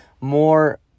more